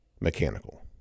mechanical